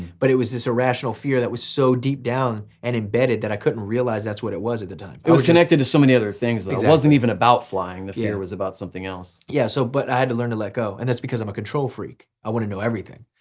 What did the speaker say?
but it was this irrational fear that was so deep down and embedded that i couldn't realize that's what it was at the time. it was connected to so many other things things that wasn't even about flying. the fear was about something else. yeah, so but i had to learn to let go and it's because i'm a control freak. i want to know everything.